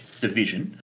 division